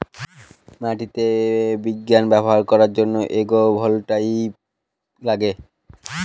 মাটিতে বিজ্ঞান ব্যবহার করার জন্য এগ্রো ভোল্টাইক লাগে